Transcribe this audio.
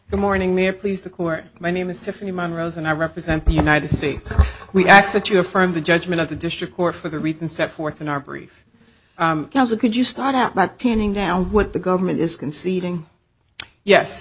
the morning mayor please the court my name is tiffany monroe's and i represent the united states we accept your firm the judgment of the district court for the reasons set forth in our brief counsel could you start out by pinning down what the government is conceding yes